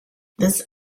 this